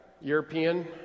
European